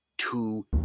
Two